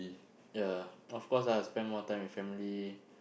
ya of course lah spend more time with family